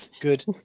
good